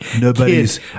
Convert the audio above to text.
Nobody's